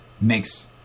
makes